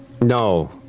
No